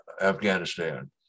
Afghanistan